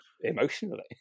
emotionally